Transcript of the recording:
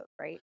right